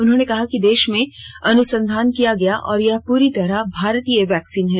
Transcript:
उन्होंने कहा कि देश में अनुसंधान किया गया और यह प्री तरह भारतीय वैक्सीन है